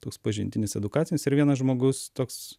toks pažintinis edukacinis ir vienas žmogus toks